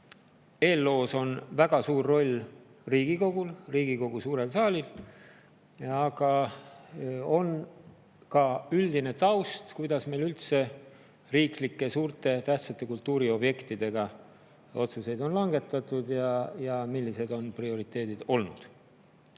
Eelloos on väga suur roll Riigikogul, Riigikogu suurel saalil, aga on ka üldine taust, kuidas meil on üldse riiklike suurte tähtsate kultuuriobjektide puhul otsuseid langetatud ja millised on olnud prioriteedid.